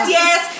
yes